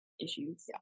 issues